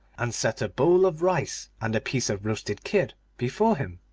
and set a bowl of rice and a piece of roasted kid before him.